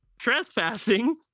trespassing